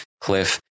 cliff